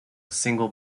single